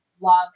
love